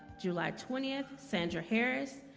july twentieth, sandra harris,